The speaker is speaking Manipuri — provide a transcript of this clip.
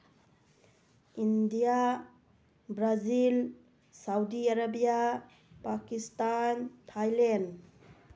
India Brazil Saudi Arabia Pakistan Thailand